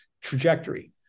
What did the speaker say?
trajectory